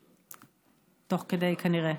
תוך כדי כנראה.